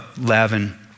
Lavin